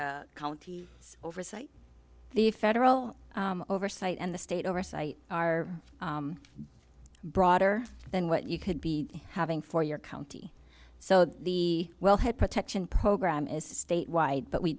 the county oversight the federal oversight and the state oversight are broader than what you could be having for your county so the wellhead protection program is state wide but we